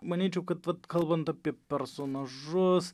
manyčiau kad vat kalbant apie personažus